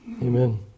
Amen